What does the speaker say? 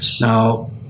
Now